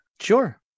Sure